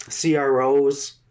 CROs